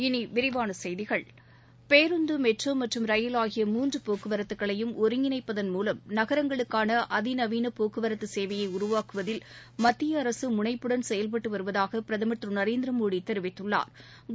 இனி விரிவான செய்திகள் பேருந்து மெட்ரோ மற்றும் ரயில் ஆகிய மூன்று போக்குவரத்துக்களையும் ஒருங்கிணைப்பதன் மூலம் நகரங்களுக்கான அதிநவீன போக்குவரத்து சேவையை உருவாக்குவதில் மத்திய அரசு முனைப்புடன் செயல்பட்டு வருவதாகபிரதமா் திரு நரேந்திர மோடி தெரிவித்துள்ளாா்